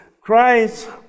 Christ